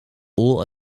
all